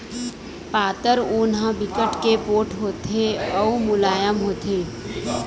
पातर ऊन ह बिकट के पोठ होथे अउ मुलायम होथे